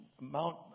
Mount